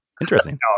Interesting